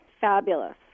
fabulous